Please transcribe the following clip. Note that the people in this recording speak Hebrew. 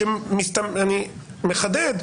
כשאני מחדד,